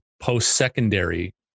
post-secondary